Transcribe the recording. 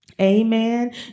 Amen